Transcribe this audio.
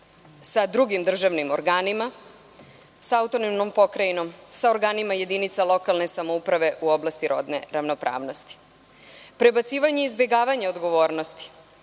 sa drugim državnim organima, sa autonomnom pokrajinom, sa oranima jedinca lokalne samouprave u oblasti rodne ravnopravnosti, prebacivanje i izbegavanje odgovornosti.